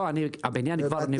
לא, הבניין כבר ניבנה.